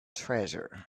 treasure